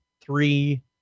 three